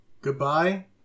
Goodbye